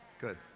good